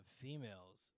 females